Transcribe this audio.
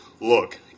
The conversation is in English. Look